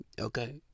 Okay